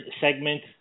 segment